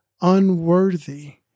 unworthy